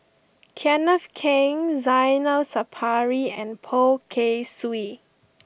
Kenneth Keng Zainal Sapari and Poh Kay Swee